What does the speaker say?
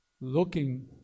looking